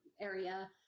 area